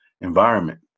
environment